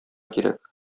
кирәк